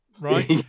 right